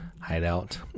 Hideout